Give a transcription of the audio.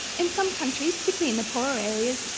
and some countries, particularly in the poorer areas, and